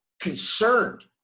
Concerned